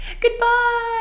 Goodbye